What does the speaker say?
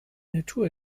natur